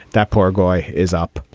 that poor guy is up